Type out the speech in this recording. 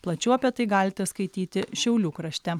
plačiau apie tai galite skaityti šiaulių krašte